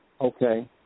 Okay